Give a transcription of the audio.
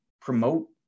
promote